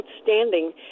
outstanding